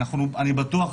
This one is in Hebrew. אני בטוח,